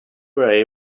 were